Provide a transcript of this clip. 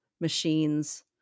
machines